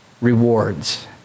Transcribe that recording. rewards